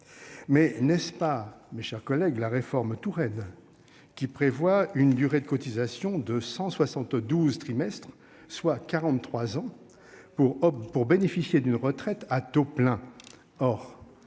Mais n'est-ce pas. Mes chers collègues, la réforme Touraine. Qui prévoit une durée de cotisation de 172 trimestres, soit 43 ans pour, pour bénéficier d'une retraite à taux plein.